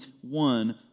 one